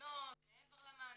מוכוונות מעבר למענקים.